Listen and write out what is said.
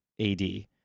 AD